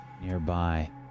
nearby